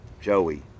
Joey